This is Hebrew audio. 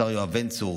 השר יואב בן צור,